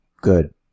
Good